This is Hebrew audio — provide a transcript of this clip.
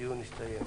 הדיון הסתיים.